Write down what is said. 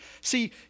See